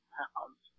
pounds